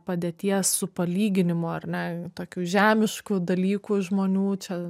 padėties su palyginimu ar ne tokių žemiškų dalykų žmonių čia